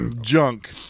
junk